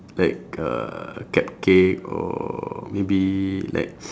like uh cupcake or maybe like